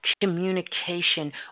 communication